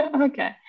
Okay